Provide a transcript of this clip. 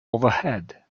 overhead